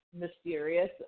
mysterious